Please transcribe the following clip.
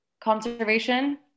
conservation